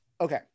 Okay